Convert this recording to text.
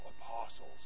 apostles